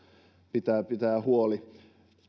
pitää pitää huoli